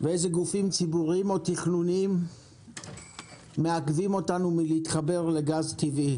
ואיזה גופים ציבוריים או תכנוניים מעכבים אותנו מלהתחבר לגז טבעי.